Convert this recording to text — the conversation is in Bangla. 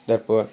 তারপর